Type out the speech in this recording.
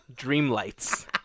Dreamlights